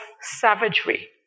savagery